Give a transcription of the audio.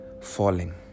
falling